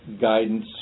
guidance